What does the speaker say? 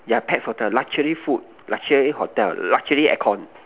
yeah pet for the luxury food luxury hotel luxury air con